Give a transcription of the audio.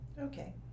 Okay